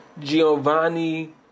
Giovanni